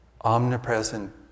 omnipresent